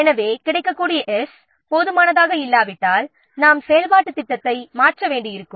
எனவே கிடைக்கக்கூடிய 's' போதுமானதாக இல்லாவிட்டால் நாம் செயல்பாட்டுத் திட்டத்தை மாற்ற வேண்டியிருக்கும்